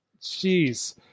Jeez